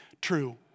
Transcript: true